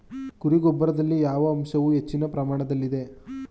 ಕುರಿ ಗೊಬ್ಬರದಲ್ಲಿ ಯಾವ ಅಂಶವು ಹೆಚ್ಚಿನ ಪ್ರಮಾಣದಲ್ಲಿದೆ?